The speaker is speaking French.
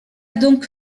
donc